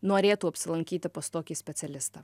norėtų apsilankyti pas tokį specialistą